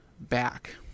back